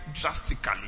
drastically